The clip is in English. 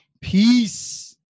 Peace